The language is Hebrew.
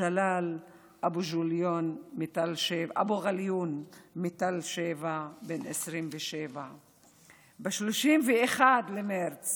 ג'לאל אבו עליון מתל שבע, בן 27. ב-31 במרץ